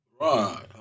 right